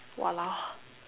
!walao!